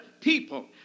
people